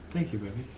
thank you, baby.